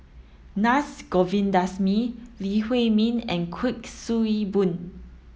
Govindasamy Lee Huei Min and Kuik Swee Boon